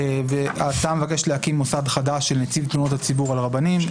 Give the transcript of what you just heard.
השר מבקש להקים מוסד חדש של נציב תלונות הציבור על רבנים.